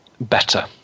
better